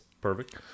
Perfect